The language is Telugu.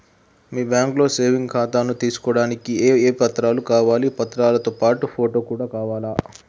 మీ బ్యాంకులో సేవింగ్ ఖాతాను తీసుకోవడానికి ఏ ఏ పత్రాలు కావాలి పత్రాలతో పాటు ఫోటో కూడా కావాలా?